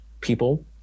people